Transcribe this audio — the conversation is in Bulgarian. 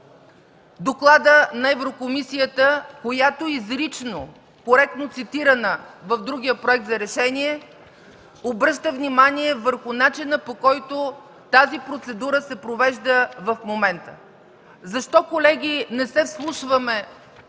докладът на Еврокомисията, която изрично, коректно цитирана в другия проект за решение, обръща внимание върху начина, по който тази процедура се провежда в момента. Защо, колеги, не се вслушваме